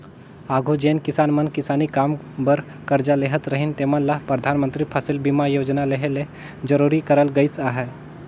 आघु जेन किसान मन किसानी काम बर करजा लेहत रहिन तेमन ल परधानमंतरी फसिल बीमा योजना लेहे ले जरूरी करल गइस अहे